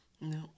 No